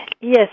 Yes